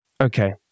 Okay